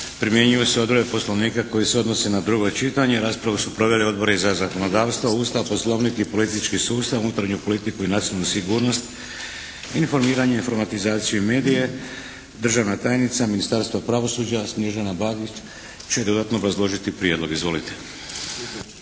Primjenjuju se odredbe Poslovnika koji se odnosi na drugo čitanje. Raspravu su proveli Odbori za zakonodavstvo, Ustav, Poslovnik i politički sustav, unutarnju politiku i nacionalnu sigurnost, informiranje, informatizaciju i medije. Državna tajnica Ministarstva pravosuđa Snježana Bagić će dodatno obrazložiti prijedlog. Izvolite.